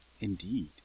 indeed